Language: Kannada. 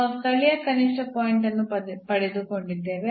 ನಾವು ಸ್ಥಳೀಯ ಕನಿಷ್ಠ ಪಾಯಿಂಟ್ ಅನ್ನು ಪಡೆದುಕೊಂಡಿದ್ದೇವೆ